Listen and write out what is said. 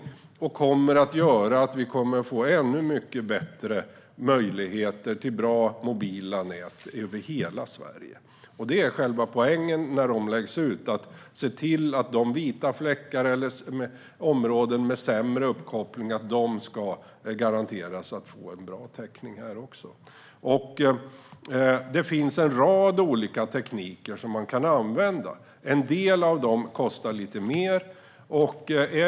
Därmed kommer vi att få ännu bättre möjligheter till bra mobila nät över hela Sverige. Det är själva poängen när de läggs ut att man ska se till att områden med sämre uppkoppling, vita fläckar, också ska garanteras en bra täckning. Det finns en rad olika tekniker som man kan använda. En del av dem kostar lite mer.